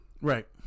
Right